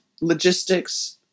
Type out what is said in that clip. logistics